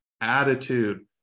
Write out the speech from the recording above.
Attitude